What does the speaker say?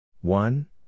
one